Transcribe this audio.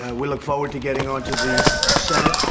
ah we look forward to getting onto the senate